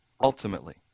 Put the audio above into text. Ultimately